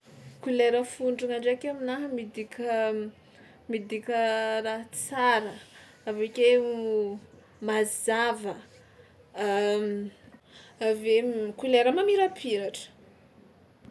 Kolera fontrana ndraiky aminaha midika midika raha tsara avy akeo mazava, avy eo kolera mamirapiratra.